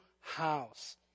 house